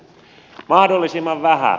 mahdollisimman vähän